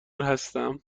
هستم